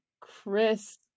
Chris